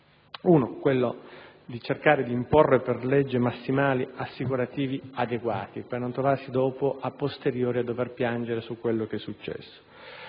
in primo luogo, cercare di imporre per legge massimali assicurativi adeguati, per non trovarsi a posteriori a dover piangere su quello che è successo;